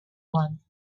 one